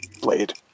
blade